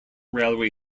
railway